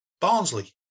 Barnsley